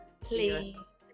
Please